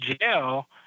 jail –